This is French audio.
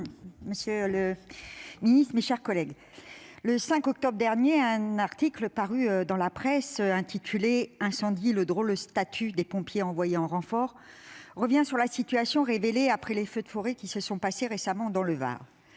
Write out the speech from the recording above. monsieur le ministre, mes chers collègues, le 5 octobre dernier, un article de presse intitulé « Incendies : le drôle de statut des pompiers envoyés en renfort » revenait sur la situation révélée après les feux de forêt qui ont récemment eu lieu dans le Var.